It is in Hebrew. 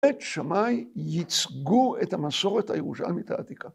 בית שמאי, ייצגו את המסורת הירושלמית העתיקה.